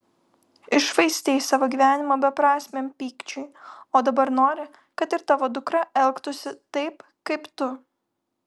iššvaistei savo gyvenimą beprasmiam pykčiui o dabar nori kad ir tavo dukra elgtųsi taip kaip tu